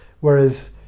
Whereas